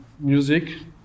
music